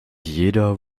jeder